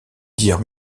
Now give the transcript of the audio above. dire